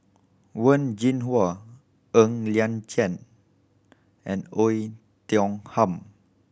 Wen Jinhua Ng Liang Chiang and Oei Tiong Ham